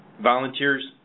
Volunteers